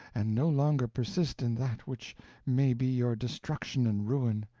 and no longer persist in that which may be your destruction and ruin.